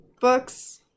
books